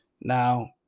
now